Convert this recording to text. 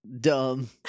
dumb